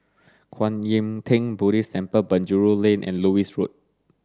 Kwan Yam Theng Buddhist Temple Penjuru Lane and Lewis Road